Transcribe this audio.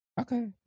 Okay